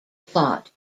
plot